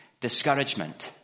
Discouragement